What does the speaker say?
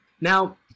Now